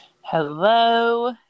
Hello